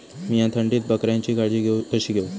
मीया थंडीत बकऱ्यांची काळजी कशी घेव?